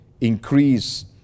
increase